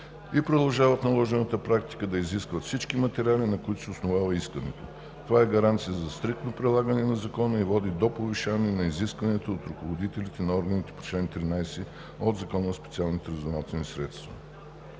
и продължават наложената практика да изискват всички материали, на които се основава искането. Това е гаранция за стриктно прилагане на Закона и води до повишаване на изискванията от ръководителите на органите по чл. 13 от Закона за специалните разузнавателни средства.